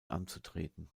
anzutreten